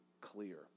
clear